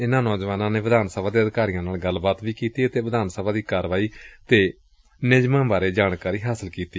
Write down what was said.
ਇਨੂਾ ਨੌਜਵਾਨਾਂ ਨੇ ਵਿਧਾਨ ਸਭਾ ਦੇ ਅਧਿਕਾਰੀਆਂ ਨਾਲ ਗੱਲਬਾਤ ਵੀ ਕੀਤੀ ਅਤੇ ਵਿਧਾਨ ਸਭਾ ਦੀ ਕਾਰਵਾਈ ਅਤੇ ਨਿਯਮਾ ਬਾਰੇ ਜਾਣਕਾਰੀ ਹਾਸਲ ਕੀਤੀ